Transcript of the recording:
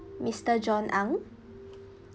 mister john ang